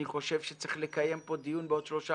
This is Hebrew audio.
אני חושב שצריך לקיים פה דיון בעוד שלושה